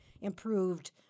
improved